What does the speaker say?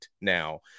now